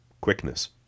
quickness